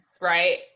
right